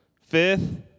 Fifth